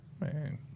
Man